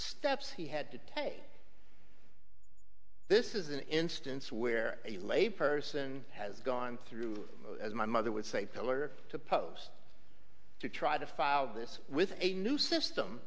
steps he had to say this is an instance where a lay person has gone through as my mother would say pillar to post to try to file this with a new system